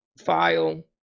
file